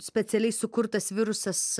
specialiai sukurtas virusas